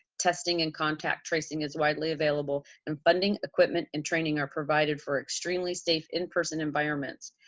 testing and contact tracing is widely available, and funding, equipment, and training are provided for extremely safe in person environments.